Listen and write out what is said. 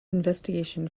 investigation